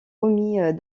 omis